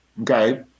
okay